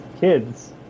kids